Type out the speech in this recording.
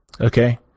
Okay